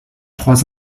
trois